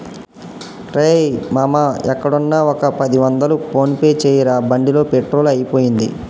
రేయ్ మామా ఎక్కడున్నా ఒక పది వందలు ఫోన్ పే చేయరా బండిలో పెట్రోల్ అయిపోయింది